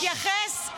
תחזרי בך ממה שאמרת.